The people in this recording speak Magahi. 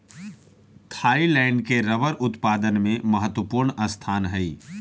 थाइलैंड के रबर उत्पादन में महत्त्वपूर्ण स्थान हइ